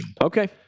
Okay